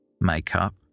makeup